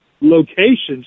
locations